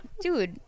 dude